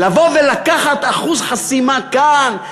לבוא ולקחת אחוז חסימה כאן,